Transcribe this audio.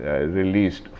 released